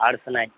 اور سنائیں